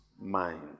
mind